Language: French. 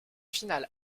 finale